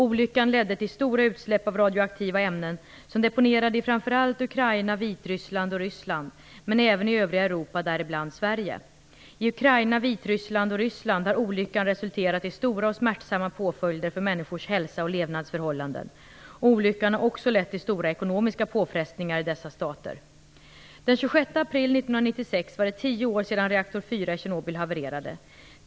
Olyckan ledde till stora utsläpp av radioaktiva ämnen som deponerade i framför allt Ukraina, Vitryssland och Ryssland men även i övriga Europa, däribland Sverige. I Ukraina, Vitryssland och Ryssland har olyckan resulterat i stora och smärtsamma påföljder för människors hälsa och levnadsförhållanden. Olyckan har också lett till stora ekonomiska påfrestningar i dessa stater. Tjernobyl havererade.